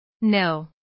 No